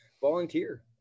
volunteer